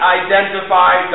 identify